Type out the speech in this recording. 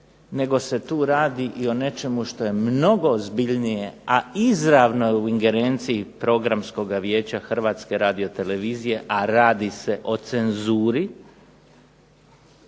nego se tu radi i o nečemu što je mnogo ozbiljnije a izravno je u ingerenciji programskog vijeća Hrvatske radiotelevizije a radi se o cenzuri,